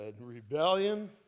Rebellion